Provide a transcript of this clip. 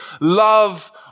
love